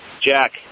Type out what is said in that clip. Jack